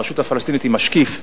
הרשות הפלסטינית היא משקיף באונסק"ו.